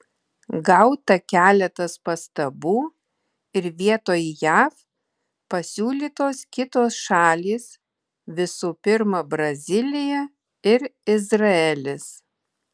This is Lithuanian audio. gauta keletas pastabų ir vietoj jav pasiūlytos kitos šalys visų pirma brazilija ir izraelis